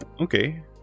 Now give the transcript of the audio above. Okay